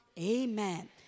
Amen